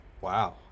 Wow